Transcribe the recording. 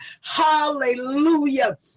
hallelujah